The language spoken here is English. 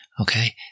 okay